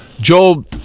joel